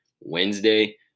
Wednesday